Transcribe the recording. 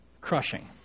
crushing